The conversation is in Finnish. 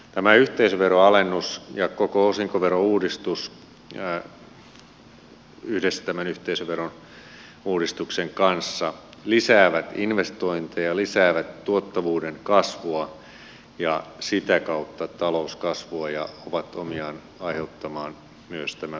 tämä yhteisöveroalennus ja koko osinkoverouudistus yhdessä tämän yhteisöverouudistuksen kanssa lisäävät investointeja lisäävät tuottavuuden kasvua ja sitä kautta talouskasvua ja ovat omiaan aiheuttamaan myös tämän velkaantumiskierteen katkeamisen